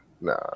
nah